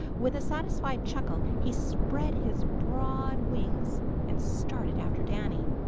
with a satisfied chuckle, he spread his broad wings and started after danny.